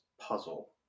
puzzle